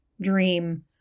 dream